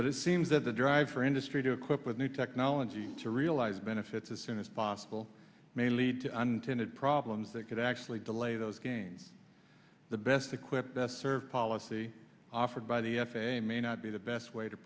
but it seems that the drive for industry to equip with new technology to realize benefits as soon as possible may lead to an intended problems that could actually delay those gains the best equipped best served policy offered by the f a a may not be the best way to